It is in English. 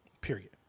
period